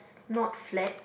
not flat